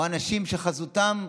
אנשים שבחזותם,